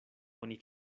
oni